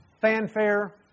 Fanfare